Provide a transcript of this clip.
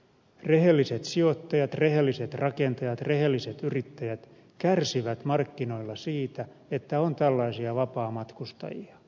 rehelliset sijoittajat rehelliset rakentajat ja rehelliset yrittäjät kärsivät markkinoilla siitä että on tällaisia vapaamatkustajia